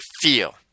feel